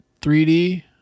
3d